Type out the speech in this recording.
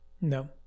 no